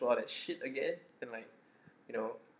all that shit again then like you know